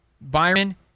Byron